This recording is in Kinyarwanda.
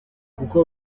kuko